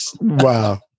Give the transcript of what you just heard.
Wow